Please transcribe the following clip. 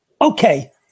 Okay